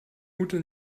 ute